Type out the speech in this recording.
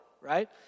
right